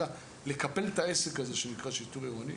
לקפל את העסק הזה שנקרא שיטור עירוני